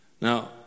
Now